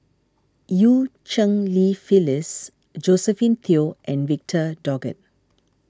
Eu Cheng Li Phyllis Josephine Teo and Victor Doggett